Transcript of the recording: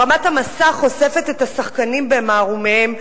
הרמת המסך חושפת את השחקנים במערומיהם,